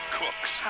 cooks